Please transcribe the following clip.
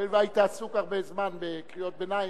הואיל והיית עסוק הרבה זמן בקריאות ביניים.